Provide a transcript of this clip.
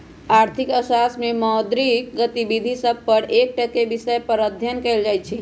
आर्थिक अर्थशास्त्र में मौद्रिक गतिविधि सभ पर एकटक्केँ विषय पर अध्ययन कएल जाइ छइ